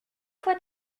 fois